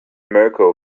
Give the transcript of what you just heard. mirco